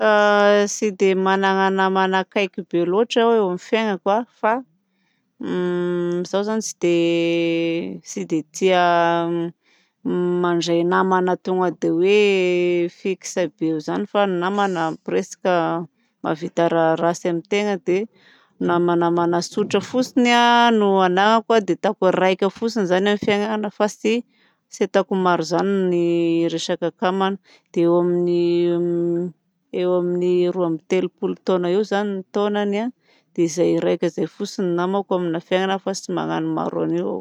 Tsy dia manana namana akaiky be loatra aho eo amin'ny fiainako. Fa izaho zany tsy dia tsy dia tia mandray namana tonga de oe fixe be eo zany. Fa ny namana presque mahavita raha ratsy amin'ny tegna. Dia namanamana tsotra fotsiny no anahako de ataoko raika fotsiny zany amin'ny fiainana fa tsy ts ataoko maro zany ny resaka namana. Eo amin'ny roa ambiny telopolo eo zany ny taonany. Dia izay raika izay fotsiny namako eo amin'ny fiainana fa tsy magnano maro an'io aho.